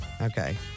Okay